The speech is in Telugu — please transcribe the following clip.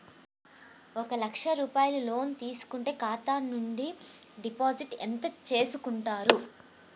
ఒక లక్ష రూపాయలు లోన్ తీసుకుంటే ఖాతా నుండి డిపాజిట్ ఎంత చేసుకుంటారు?